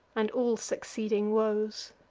and all succeeding woes.